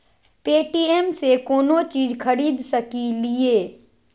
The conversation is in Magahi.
पे.टी.एम से कौनो चीज खरीद सकी लिय?